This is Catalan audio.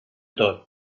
tot